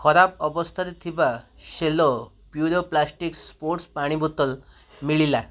ଖରାପ ଅବସ୍ଥାରେ ଥିବା ସେଲୋ ପ୍ୟୁରୋ ପ୍ଲାଷ୍ଟିକ୍ ସ୍ପୋର୍ଟ୍ସ୍ ପାଣି ବୋତଲ ମିଳିଲା